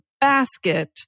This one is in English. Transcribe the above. basket